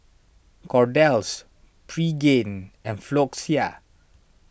Kordel's Pregain and Floxia